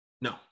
No